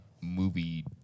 movie